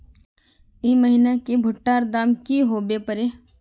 ई महीना की भुट्टा र दाम की होबे परे?